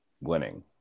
winning